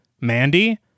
Mandy